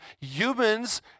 humans